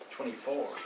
Twenty-four